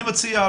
אני מציע,